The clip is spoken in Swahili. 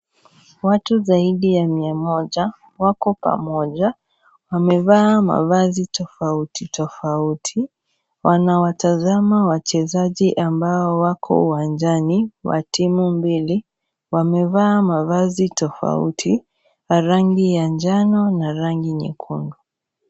Watu zaidi ya mia moja wako pamoja wamevaa mavazi tofauti tofauti, wanawatazama wachezaji ambao wako uwanjani wa timu mbili, wamevaa mavazi tofauti za rangi ya njano na rangi nyekundu.